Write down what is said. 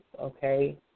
okay